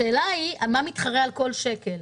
השאלה היא מה מתחרה על כל שקל.